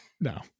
No